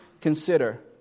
consider